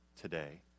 today